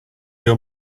your